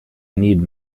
need